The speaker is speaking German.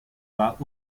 war